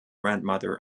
grandmother